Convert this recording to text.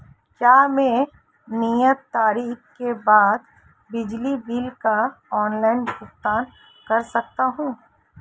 क्या मैं नियत तारीख के बाद बिजली बिल का ऑनलाइन भुगतान कर सकता हूं?